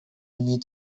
имеет